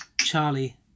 charlie